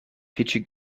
pitcher